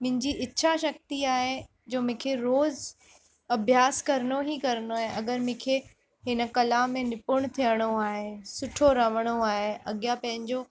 मुंहिंजी इच्छा शक्ती आहे जो मूंखे रोज़ु अभ्यासु करिणो ई करिणो आहे अगरि मूंखे हिन कला में निपुण थियणो आहे सुठो रहणो आहे अॻियां पंहिंजो